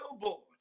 billboards